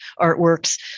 artworks